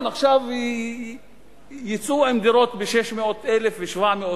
עכשיו יצאו עם דירות ב-600,000 ו-700,000.